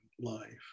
life